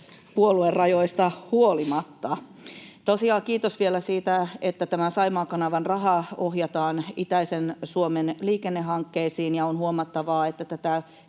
puoluerajoista huolimatta. Tosiaan kiitos vielä siitä, että tämä Saimaan kanavan raha ohjataan itäisen Suomen liikennehankkeisiin, ja on huomattava, että tätä